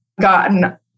gotten